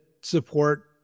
support